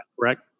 correct